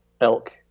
elk